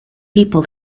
people